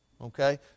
Okay